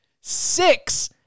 six